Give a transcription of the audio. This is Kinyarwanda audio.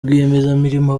rwiyemezamirimo